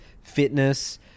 fitness